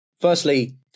Firstly